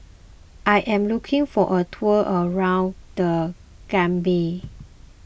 I am looking for a tour around the Gambia